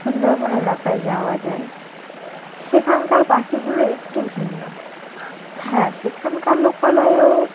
সুন্দরবন এলাকায় যাওয়া যায় সেখানকার পাখিগুলো একটু ভিন্ন হ্যাঁ সেখানকার লোকালয়েও